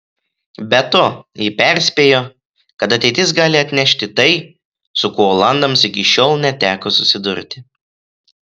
be to ji perspėjo kad ateitis gali atnešti tai su kuo olandams iki šiol neteko susidurti